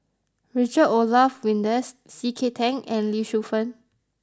Richard Olaf Winstedt C K Tang and Lee Shu Fen